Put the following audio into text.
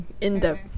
in-depth